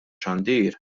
xandir